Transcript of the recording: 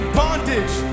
bondage